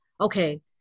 okay